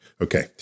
okay